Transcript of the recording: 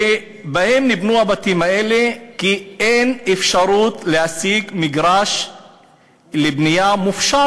שבהם נבנו הבתים האלה אין אפשרות להשיג מגרש לבנייה מופשר,